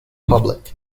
public